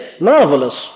Marvelous